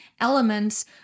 elements